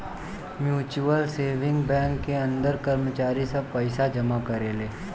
mutual saving bank के अंदर कर्मचारी सब पइसा जमा करेले